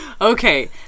Okay